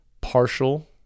partial